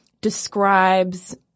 describes